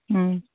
ꯎꯝ